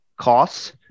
costs